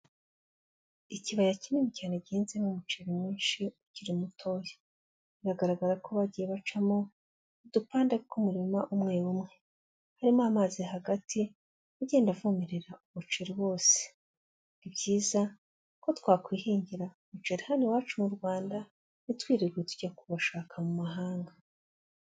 Ikibaya kinini cyane gihinzemo umuceri mwinshi ukiri mutoya, biragaragara ko bagiye bacamo udupande tw'umurima umwe umwe, harimo amazi hagati agenda avomerera umuceri wose, ni byiza ko twakwihingira umuceri hano iwacu mu Rwanda, ntitwirirwe tujya kuwushaka mu Mahanga.